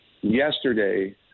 yesterday